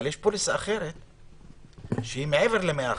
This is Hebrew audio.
אבל יש פוליסה שהיא מעבר ל-100%,